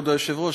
כבוד היושב-ראש,